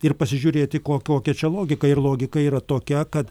ir pasižiūrėti ko kokia čia logika ir logika yra tokia kad